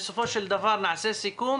בסופו של דבר נעשה סיכום